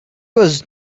was